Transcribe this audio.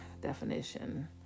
definition